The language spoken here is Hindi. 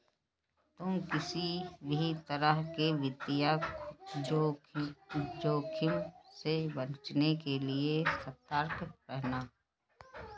तुम किसी भी तरह के वित्तीय जोखिम से बचने के लिए सतर्क रहना